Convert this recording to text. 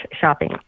shopping